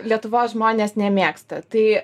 lietuvos žmonės nemėgsta tai